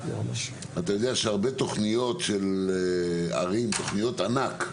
הרבה תכניות של ערים, תכניות ענק,